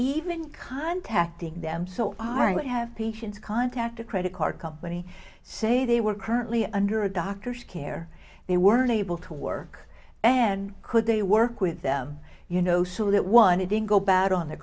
even contacting them so aren't you have patients contact a credit card company say they were currently under a doctor's care they were unable to work and could they work with them you know so that one it didn't go bad on the